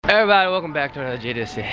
everybody, welcome back to another jae does yeah